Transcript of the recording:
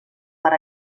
per